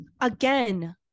again